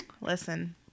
listen